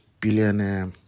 billionaire